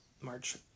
March